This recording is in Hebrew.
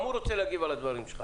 גם רון רוצה להגיב על הדברים שלך.